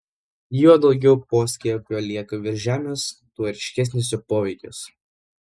juo daugiau poskiepio lieka virš žemės tuo ryškesnis jo poveikis